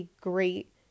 great